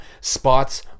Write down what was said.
spots